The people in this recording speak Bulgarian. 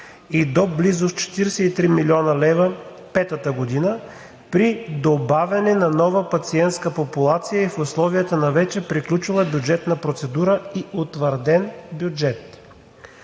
и до близо с 43 млн. лв. петата година при добавяне на нова пациентска популация и в условията на вече приключила бюджетна процедура и утвърден бюджет.“